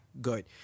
good